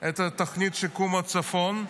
את תוכנית שיקום הצפון,